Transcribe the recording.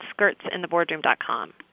skirtsintheboardroom.com